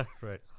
right